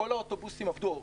כל האוטובוסים עבדו.